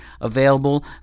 available